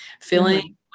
feeling